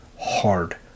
hard